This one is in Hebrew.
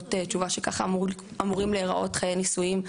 שמקבלות תשובה שככה אמורים להיראות חיי נישואין,